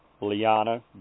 Liana